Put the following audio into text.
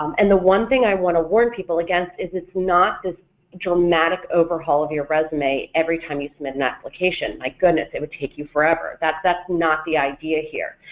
um and the one thing i want to warn people against is it's not this dramatic overhaul of your resume every time you submit an application my like goodness it would take you forever, that's that's not the idea here.